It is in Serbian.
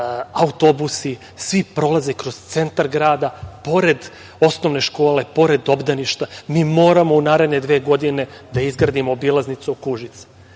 autobusi svi prolaze kroz centar grada, pored osnovne škole, pored obdaništa. Mi moramo u naredne dve godine da izgradimo obilaznicu oko Užica.